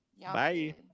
Bye